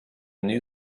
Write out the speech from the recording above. new